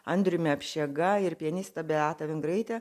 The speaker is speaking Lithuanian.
andriumi apšega ir pianiste beata vingraite